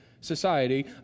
society